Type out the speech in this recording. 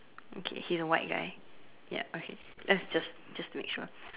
okay he's a white guy ya okay just just just to make sure